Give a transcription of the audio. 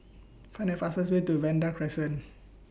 Find The fastest Way to Vanda Crescent